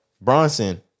Bronson